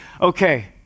okay